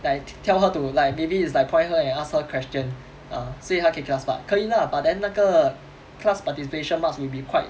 like tell her to like maybe it's like point her and ask her question ah 所以她可以 class part 可以 lah but then 那个 class participation marks will be quite